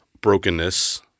brokenness